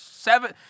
Seven